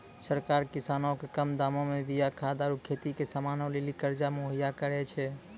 सरकार किसानो के कम दामो मे बीया खाद आरु खेती के समानो लेली कर्जा मुहैय्या करै छै